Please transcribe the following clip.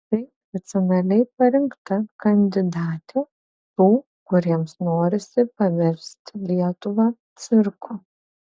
tai racionaliai parinkta kandidatė tų kuriems norisi paversti lietuvą cirku